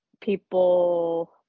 people